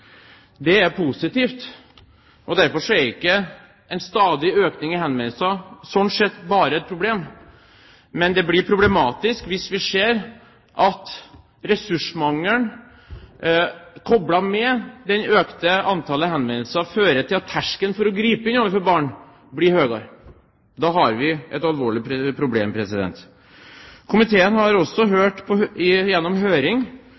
Det er positivt. Derfor er en stadig økning i henvendelser sånn sett ikke bare et problem. Men det blir problematisk hvis vi ser at ressursmangelen, koblet med det økte antallet henvendelser, fører til at terskelen for å gripe inn overfor barn blir høyere. Da har vi et alvorlig problem. Komiteen har også gjennom høring